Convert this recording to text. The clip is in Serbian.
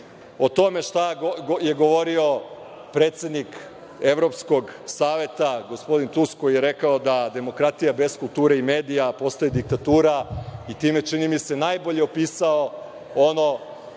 o tome šta je govorio predsednik Evropskog saveta, gospodin Tusk, koji je rekao da demokratija bez kulture i medija postaje diktatura, i time, čini mi se, najbolje pisao ono